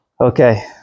Okay